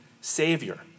Savior